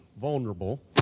vulnerable